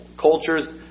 Cultures